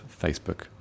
Facebook